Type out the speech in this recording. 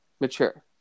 mature